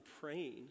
praying